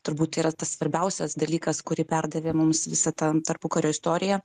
turbūt yra tas svarbiausias dalykas kurį perdavė mums visa ta tarpukario istorija